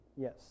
Yes